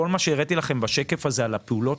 כל מה שהראיתי לכם בשקף הזה על הפעולות